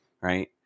right